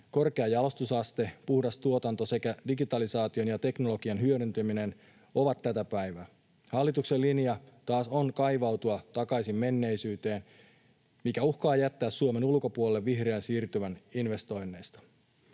Korkea jalostusaste, puhdas tuotanto sekä digitalisaation ja teknologian hyödyntäminen ovat tätä päivää. Hallituksen linja taas on kaivautua takaisin menneisyyteen, mikä uhkaa jättää Suomen ulkopuolelle vihreän siirtymän investoinneista.